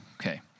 Okay